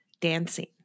dancing